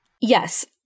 Yes